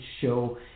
show